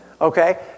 Okay